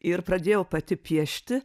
ir pradėjau pati piešti